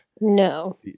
No